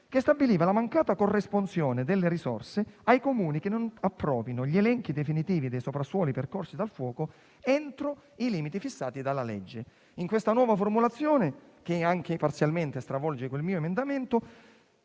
che stabiliva la mancata corresponsione delle risorse ai Comuni che non approvino gli elenchi definitivi dei soprassuoli percorsi dal fuoco entro i limiti fissati dalla legge. In questa nuova formulazione, che anche parzialmente stravolge il mio emendamento,